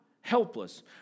helpless